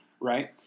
right